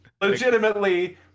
Legitimately